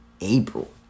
April